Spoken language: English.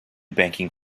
banking